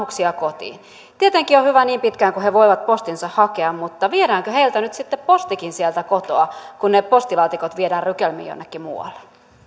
kotiin tietenkin on hyvä niin pitkään kuin he voivat postinsa hakea mutta viedäänkö heiltä nyt sitten postikin sieltä kotoa kun ne postilaatikot viedään rykelmiin jonnekin muualle